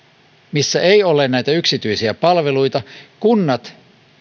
missä ei ole näitä yksityisiä palveluita kunnat